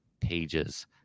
pages